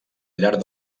llarg